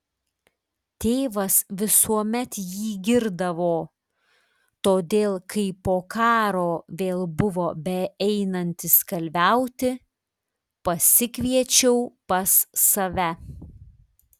tėvas visuomet jį girdavo todėl kai po karo vėl buvo beeinantis kalviauti pasikviečiau pas save